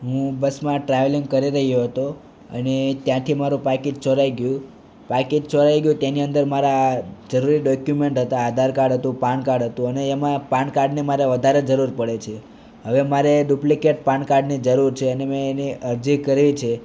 હું બસમાં ટ્રાવેલિંગ કરી રહ્યો હતો અને ત્યાંથી મારું પાકીટ ચોરાઈ ગયું પાકીટ ચોરાઇ ગયું તેની અંદર મારા જરૂરી ડોક્યુમેન્ટ હતા આધાર કાર્ડ હતું પાન કાર્ડ હતું અને એમાં પાન કાર્ડની મારે વધારે જરૂર પળે છે હવે મારે ડુપ્લિકેટ પાન કાર્ડની જરૂર છે અને મેં એની અરજી કરી છે